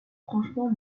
franchement